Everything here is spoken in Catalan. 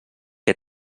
que